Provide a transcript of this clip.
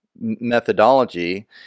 methodology